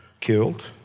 killed